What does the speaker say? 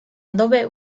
adobe